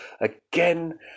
again